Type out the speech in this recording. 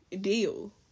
deal